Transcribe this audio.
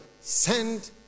send